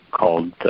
Called